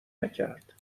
نکرد